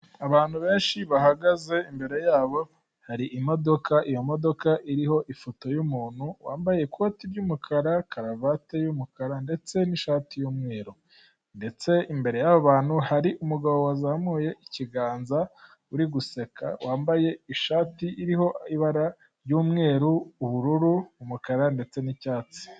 Abantu benshi bahagaze, imbere yabo hari imodoka, iyo modoka iriho ifoto y'umuntu wambaye ikoti ry'umukara, karuvati y'umukara ndetse n'ishati y'umweru, ndetse imbere y'abo abantu hari umugabo wazamuye ikiganza, uri guseka wambaye ishati iriho ibara ry'umweru, ubururu, umukara ndetse n'icyatsi.